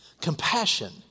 Compassion